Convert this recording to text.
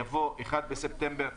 יבוא "1 בספטמבר",